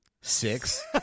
Six